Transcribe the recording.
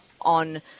on